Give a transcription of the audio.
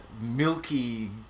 milky